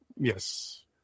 Yes